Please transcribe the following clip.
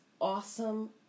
awesome